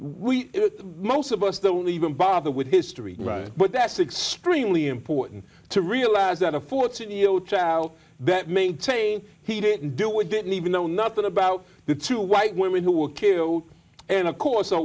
we most of us the only even bother with history right but that's extremely important to realize that a fourteen year old child that maintains he didn't do it didn't even know nothing about the two white women who were killed and of course a